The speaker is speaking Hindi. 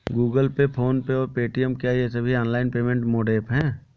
गूगल पे फोन पे और पेटीएम क्या ये सभी ऑनलाइन पेमेंट मोड ऐप हैं?